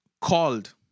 called